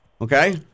Okay